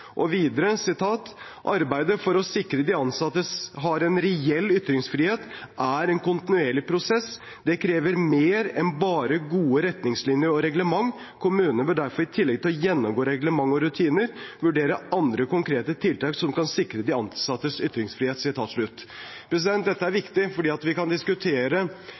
Videre står det: «Arbeidet for å sikre de ansatte en reell ytringsfrihet er en kontinuerlig prosess. Det krever mer enn bare gode retningslinjer og reglement. Kommunene bør derfor i tillegg til å gjennomgå reglement og rutiner, vurdere andre konkrete tiltak for å sikre de ansattes ytringsfrihet.» Dette er viktig, for vi kan diskutere